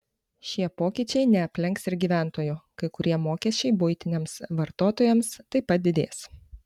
šie pokyčiai neaplenks ir gyventojų kai kurie mokesčiai buitiniams vartotojams taip pat didės